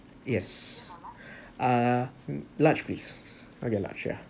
yes uh large please I'll get large yeah